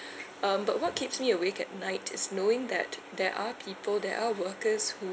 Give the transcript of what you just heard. um but what keeps me awake at night is knowing that there are people there are workers who